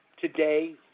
today